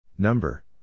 Number